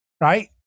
right